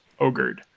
ogred